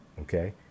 okay